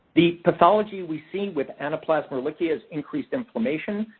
the pathology we see with anaplasma ehrlichia is increased inflammation.